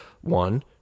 one